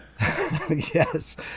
Yes